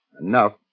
Enough